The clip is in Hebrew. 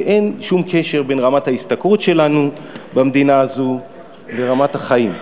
ואין שום קשר בין רמת ההשתכרות שלנו במדינה הזאת ורמת החיים.